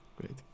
Great